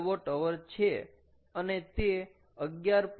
5 GWH છે અને તે 11